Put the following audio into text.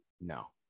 no